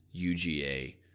UGA